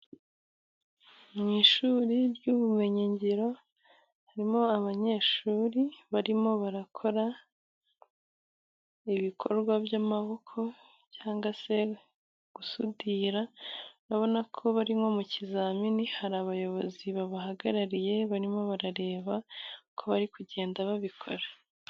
Mu ishuri ry'ubumenyingiro harimo abanyeshuri barimo barakora ibikorwa by'amaboko cyangwa se gusudira, urabona ko bari nko mu kizamini hari abayobozi babahagarariye barimo barareba ko bari kugenda babikora.